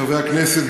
חברי הכנסת,